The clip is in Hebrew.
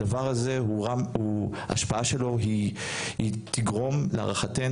הדבר הזה ההשפעה שלו היא תגרום להערכתנו,